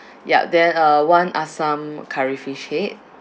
yup then uh one asam curry fish head